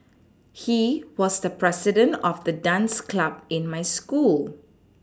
he was the president of the dance club in my school